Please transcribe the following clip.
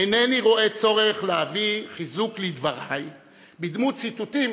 אינני רואה צורך להביא חיזוק לדבריי בדמות ציטוטים